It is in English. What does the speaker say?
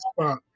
spot